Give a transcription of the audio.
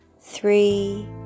three